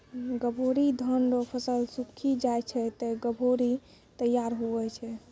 गभोरी धान रो फसल सुक्खी जाय छै ते गभोरी तैयार हुवै छै